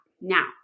Now